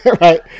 right